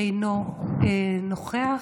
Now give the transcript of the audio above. אינו נוכח.